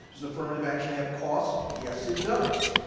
does affirmative action have costs? yes, it does.